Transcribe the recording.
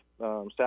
South